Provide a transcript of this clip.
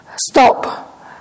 stop